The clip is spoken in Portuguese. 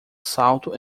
salto